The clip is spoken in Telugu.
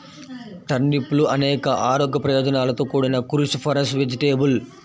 టర్నిప్లు అనేక ఆరోగ్య ప్రయోజనాలతో కూడిన క్రూసిఫరస్ వెజిటేబుల్